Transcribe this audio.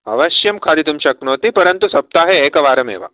अवश्यं खादितुं शक्नोति परन्तु सप्ताहे एकवारम् एव